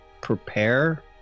prepare